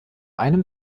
einem